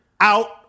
out